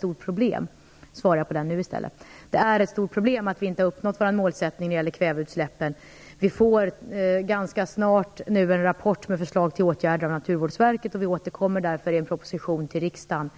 Jag håller med om att det är ett stort problem att vi inte uppnått vår målsättning om kväveutsläppen. Ganska snart får vi en rapport från Naturvårdsverket med förslag till åtgärder. Vi återkommer därför till riksdagen